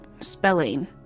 spelling